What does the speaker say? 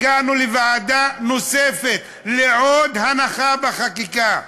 הגענו לוועדה נוספת, לעוד הנחה של חקיקה.